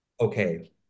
okay